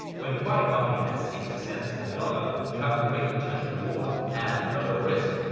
when you buy a company at sixty cents on the dollar, you have a great potential reward, and a low risk.